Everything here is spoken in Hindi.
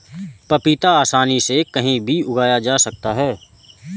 पपीता आसानी से कहीं भी उगाया जा सकता है